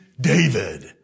David